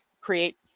create